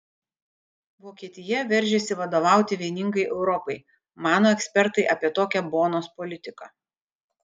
vokietija veržiasi vadovauti vieningai europai mano ekspertai apie tokią bonos politiką